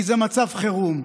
כי זה מצב חירום.